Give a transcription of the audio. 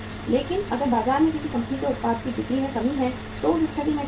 लेकिन अगर बाजार में किसी कंपनी के उत्पाद की बिक्री में कमी है तो उस स्थिति में क्या होगा